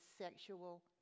sexual